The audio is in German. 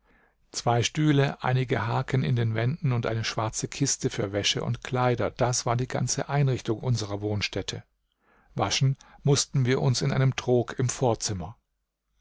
zwei stühle einige haken in den wänden und eine schwarze kiste für wäsche und kleider das war die ganze einrichtung unserer wohnstätte waschen mußten wir uns in einem trog im vorzimmer